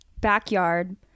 backyard